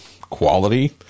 quality